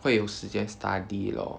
会有时间 study lor